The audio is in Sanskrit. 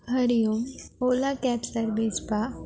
हरिः ओम् ओला केब् सर्विस् वा